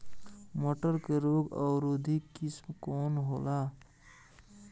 मटर के रोग अवरोधी किस्म कौन होला?